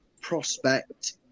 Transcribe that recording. prospect